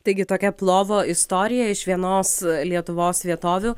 taigi tokia plovo istorija iš vienos lietuvos vietovių